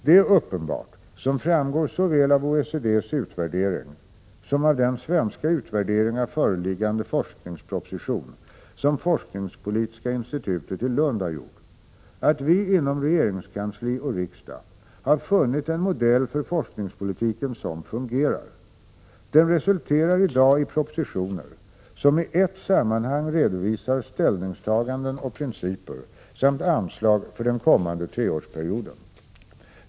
Det är uppenbart, som framgår såväl av OECD:s utvärdering som av den svenska utvärdering av föreliggande forskningsproposition som forskningspolitiska institutet i Lund har gjort, att vi inom regeringskansli och riksdag har funnit en modell för forskningspolitiken som fungerar. Den resulterar i dag i propositioner som i ett sammanhang redovisar ställningstaganden och principer samt anslag för den kommande treårsperioden.